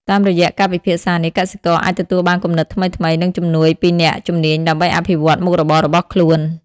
តាមរយៈការពិភាក្សានេះ កសិករអាចទទួលបានគំនិតថ្មីៗ និងជំនួយពីអ្នកជំនាញដើម្បីអភិវឌ្ឍមុខរបររបស់ខ្លួន។